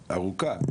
דרך ארוכה